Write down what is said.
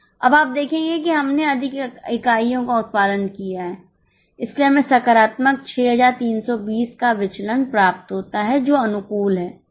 अब आप देखेंगे कि हमने अधिक इकाइयों का उत्पादन किया है इसलिए हमें सकारात्मक 6320 का विचलन प्राप्त होता है जो अनुकूल है